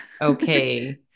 okay